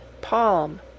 palm